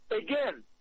Again